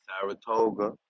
Saratoga